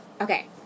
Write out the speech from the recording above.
Okay